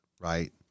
right